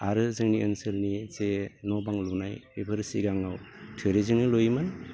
आरो जोंनि ओनसोलनि जे न' बां लुनाय बेफोर सिगाङाव थुरिजोंनो लुयोमोन